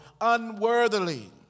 unworthily